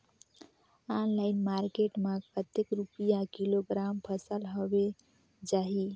Online market मां कतेक रुपिया किलोग्राम फसल हवे जाही?